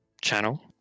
channel